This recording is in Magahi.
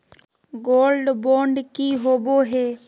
गोल्ड बॉन्ड की होबो है?